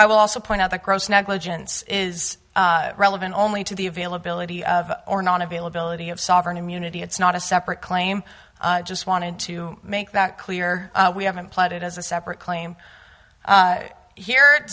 i will also point out that gross negligence is relevant only to the availability of or non availability of sovereign immunity it's not a separate claim just wanted to make that clear we haven't played it as a separate claim here it